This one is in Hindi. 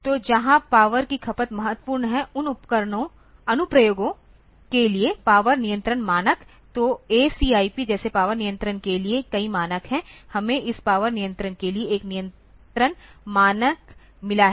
तो जहां पावर की खपत महत्वपूर्ण है उन अनुप्रयोगों के लिए पावर नियंत्रण मानक तो ACIP जैसे पावर नियंत्रण के लिए कई मानक हैं हमें इस पावर नियंत्रण के लिए एक नियंत्रण मानक मिला है